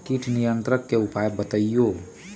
किट नियंत्रण के उपाय बतइयो?